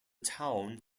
town